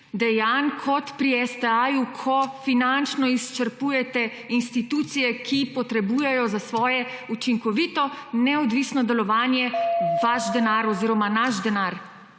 dejanj kot pri STA, ko finančno izčrpavate institucije, ki potrebujejo za svoje učinkovito, neodvisno delovanje vaš denar oziroma naš denar,